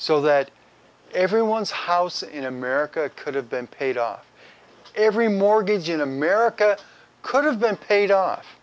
so that everyone's house in america could have been paid off every mortgage in america could have been paid off